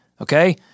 okay